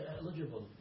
eligible